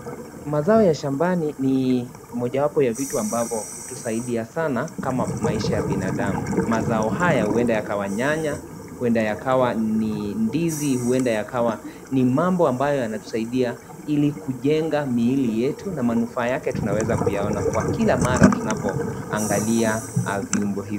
Mazao ya shambani ni mojawapo ya vitu ambavo hutusaidia sana kama maisha ya binadamu mazao haya huenda yakawa nyanya, huenda yakawa ni ndizi, huenda yakawa ni mambo ambayo yana tusaidia ili kujenga miili yetu na manufaa yake tunaweza kuyaona kwa kila mara tunapoangalia viungo hivi.